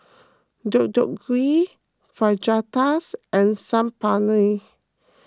Deodeok Gui Fajitas and Saag Paneer